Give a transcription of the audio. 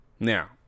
Now